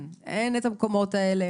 אין את המקומות האלה.